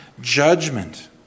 judgment